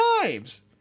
times